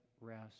rest